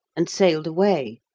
and sailed away,